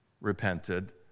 repented